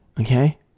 Okay